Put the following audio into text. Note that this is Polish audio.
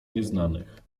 nieznanych